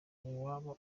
uwaba